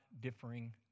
differing